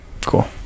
Cool